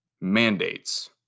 mandates